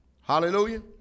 Hallelujah